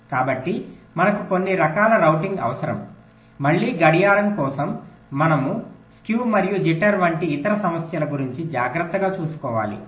కాబట్టి మనకు కొన్ని రకాల రౌటింగ్ అవసరం మళ్ళీ గడియారం కోసం మనము స్క్యూ మరియు జిటర్ వంటి ఇతర సమస్యల గురించి జాగ్రత్తగా చూసుకోవాలి